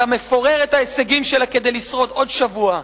אתה מפורר את ההישגים שלה כדי לשרוד עוד שבוע,